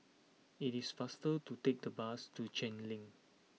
it is faster to take the bus to Cheng Lim